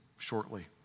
shortly